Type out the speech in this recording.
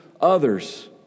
others